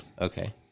Okay